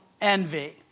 envy